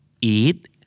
eat